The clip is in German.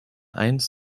eins